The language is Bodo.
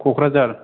क'क्राझार